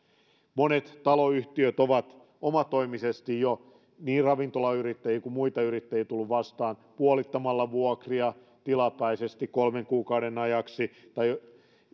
monet taloyhtiöt ovat omatoimisesti jo niin ravintolayrittäjiä kuin muita yrittäjiä tulleet vastaan puolittamalla vuokria tilapäisesti kolmen kuukauden ajaksi tai